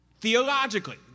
theologically